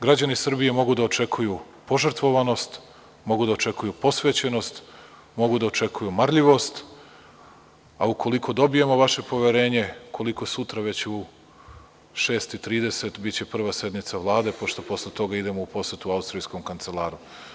Građani Srbije mogu da očekuju požrtvovanost, mogu da očekuju posvećenost, mogu da očekuju marljivost, a ukoliko dobijemo vaše poverenje koliko sutra već u 6,30 časova biće prva sednica Vlade, pošto posle toga idem u posetu austrijskom kancelaru.